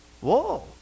Whoa